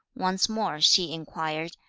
once more, hsi inquired,